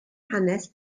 hanes